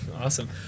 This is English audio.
Awesome